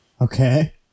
Okay